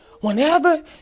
Whenever